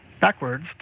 backwards